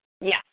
Yes